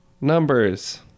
Numbers